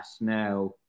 now